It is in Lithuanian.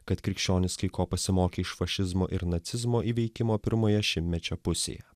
kad krikščionys kai ko pasimokė iš fašizmo ir nacizmo įveikimo pirmoje šimtmečio pusėje